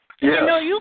Yes